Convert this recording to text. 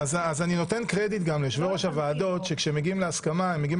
אני נותן קרדיט גם ליושבי-ראש הוועדות שכשהם מגיעים להסכמה הם מגיעים